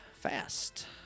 Fast